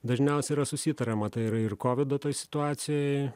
dažniausia yra susitariama tai yra ir kovido toj situacijoj